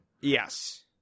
Yes